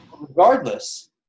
regardless